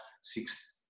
six